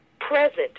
present